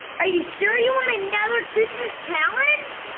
are you sure you want another christmas challenge?